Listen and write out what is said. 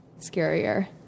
scarier